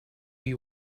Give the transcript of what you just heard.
you